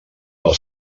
del